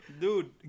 Dude